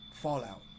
Fallout